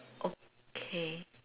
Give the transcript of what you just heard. okay